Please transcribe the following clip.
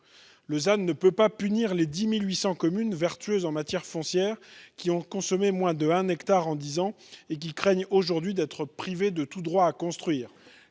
Le ZAN ne peut pas punir les 10 800 communes vertueuses en matière foncière, qui ont consommé moins de un hectare en dix ans et qui craignent d'être désormais privées de tout droit à construire.